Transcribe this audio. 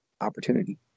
opportunity